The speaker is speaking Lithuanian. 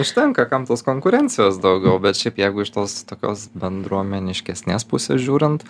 užtenka kam tos konkurencijos daugiau bet šiaip jeigu iš tos tokios bendruomeniškesnės pusės žiūrint